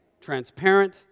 transparent